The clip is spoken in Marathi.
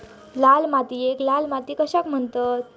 लाल मातीयेक लाल माती कशाक म्हणतत?